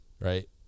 right